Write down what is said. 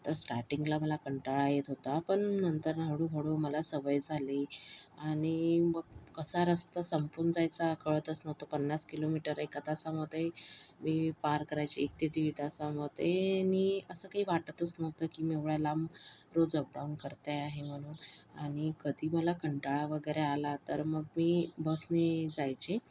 तर स्टार्टींगला मला कंटाळा येत होता पण नंतरनं हळूहळू मला सवय झाली आणि मग कसा रस्ता संपून जायचा कळतच नव्हतं पन्नास किलोमीटर एका तासामध्ये मी पार करायचे एक ते दीड तासामध्ये आणि असं काही वाटतच नव्हतं की मी एवढ्या लांब रोज अपडाऊन करते आहे म्हणून आणि कधी मला कंटाळा वगैरे आला तर मग मी बसनी जायचे